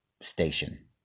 station